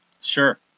Sure